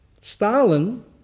Stalin